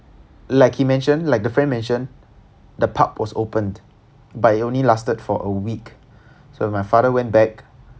like he mentioned like the friend mentioned the pub was opened but it only lasted for a week so my father went back